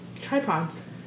Tripods